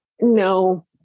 No